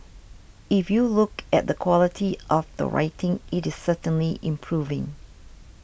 if you look at the quality of the writing it is certainly improving